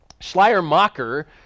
Schleiermacher